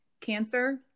Cancer